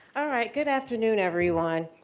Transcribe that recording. all right. good afternoon, everyone.